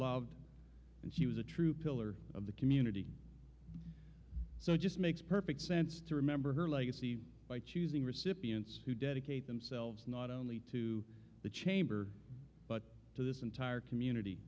loved and she was a true pillar of the community so just makes perfect sense to remember her legacy choosing recipients who dedicate themselves not only to the chamber but to this entire community